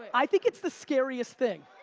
i think it's the scariest thing.